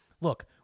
Look